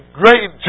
great